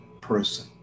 person